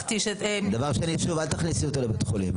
דבר שני, שוב, אל תכניסי אותו לבית החולים.